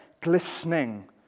glistening